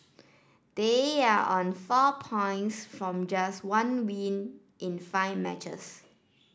they are on four points from just one win in five matches